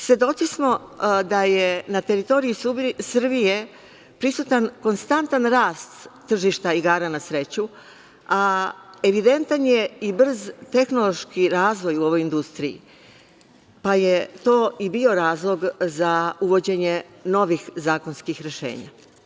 Svedoci smo da je na teritoriji Srbije prisutan konstantan rast tržišta igara na sreću, a evidentan je i brz tehnološki razvoj u ovoj industriji, pa je to i bio razlog za uvođenje novih zakonskih rešenja.